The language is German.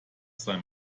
sei